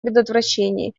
предотвращении